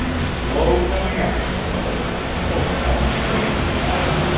slow coming up she was, though up she came at last.